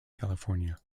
california